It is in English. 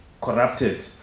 corrupted